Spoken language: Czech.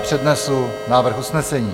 Přednesu návrh usnesení: